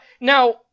now